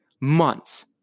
months